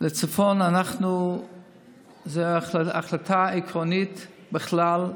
לצפון זו החלטה עקרונית בכלל,